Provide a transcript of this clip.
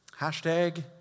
Hashtag